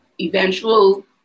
eventual